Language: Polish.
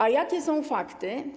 A jakie są fakty?